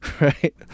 right